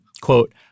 quote